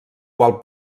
qual